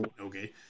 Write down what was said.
okay